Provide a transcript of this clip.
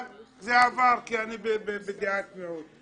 אבל זה עבר, כי אני בדעת מיעוט.